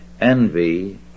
Envy